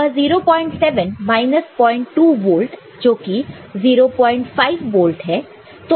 वह 07 minus 02 volt which is 05 volt है